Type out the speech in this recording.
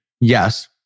Yes